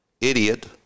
idiot